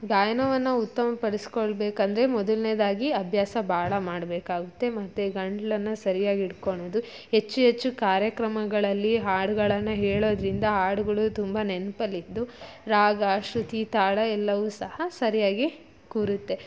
ಗಾಯನವನ್ನು ಉತ್ತಮ ಪಡಿಸ್ಕೊಳ್ಬೇಕಂದ್ರೆ ಮೊದಲ್ನೇದಾಗಿ ಅಭ್ಯಾಸ ಭಾಳ ಮಾಡಬೇಕಾಗುತ್ತೆ ಮತ್ತು ಗಂಟಲನ್ನ ಸರಿಯಾಗಿ ಇಟ್ಕೊಳೋದು ಹೆಚ್ಚು ಹೆಚ್ಚು ಕಾರ್ಯಕ್ರಮಗಳಲ್ಲಿ ಹಾಡುಗಳನ್ನ ಹೇಳೋದರಿಂದ ಹಾಡುಗಳು ತುಂಬ ನೆನಪಲ್ಲಿದ್ದು ರಾಗ ಶ್ರುತಿ ತಾಳ ಎಲ್ಲವೂ ಸಹ ಸರಿಯಾಗಿ ಕೂರುತ್ತೆ